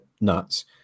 nuts